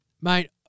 Mate